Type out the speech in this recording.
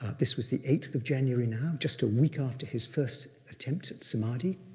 ah this was the eighth of january now, just a week after his first attempt at samadhi,